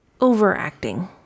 overacting